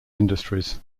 industries